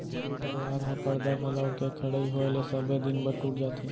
परवार ह परदा घलौ के खड़इ होय ले सबे दिन बर टूट जाथे